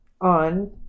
on